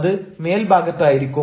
അത് മേൽ ഭാഗത്തായിരിക്കും